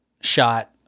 shot